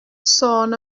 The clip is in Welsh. sôn